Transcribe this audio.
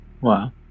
Wow